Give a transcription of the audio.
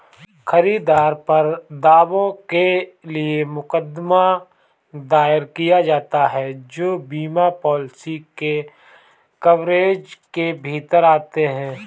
खरीदार पर दावों के लिए मुकदमा दायर किया जाता है जो बीमा पॉलिसी के कवरेज के भीतर आते हैं